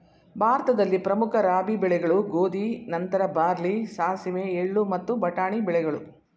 ಭಾರತದಲ್ಲಿ ಪ್ರಮುಖ ರಾಬಿ ಬೆಳೆಗಳು ಗೋಧಿ ನಂತರ ಬಾರ್ಲಿ ಸಾಸಿವೆ ಎಳ್ಳು ಮತ್ತು ಬಟಾಣಿ ಬೆಳೆಗಳು